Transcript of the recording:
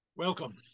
Welcome